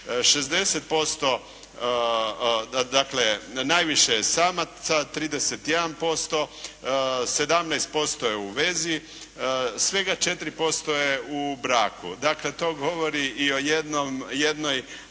60%, dakle najviše je samaca 31%, 17% je u vezi. Svega 4% je u braku. To govori i o jednoj